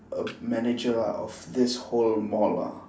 a manager ah of this whole mall lah